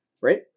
right